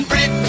Brit